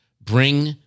Bring